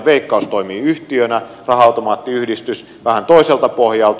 veikkaus toimii yhtiönä raha automaattiyhdistys vähän toiselta pohjalta